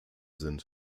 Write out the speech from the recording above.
sind